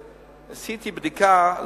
שעשיתי בדיקה,